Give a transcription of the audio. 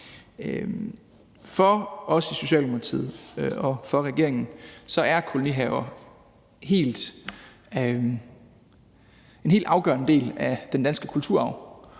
For os i Socialdemokratiet og for regeringen er kolonihaver en helt afgørende del af den danske kulturarv.